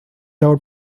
out